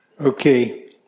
Okay